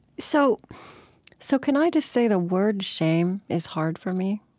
so so can i just say the word shame is hard for me,